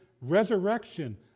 resurrection